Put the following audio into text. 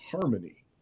harmony